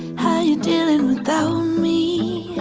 how you dealing without me?